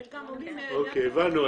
הבנו.